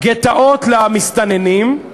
גטאות למסתננים,